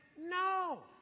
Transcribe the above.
No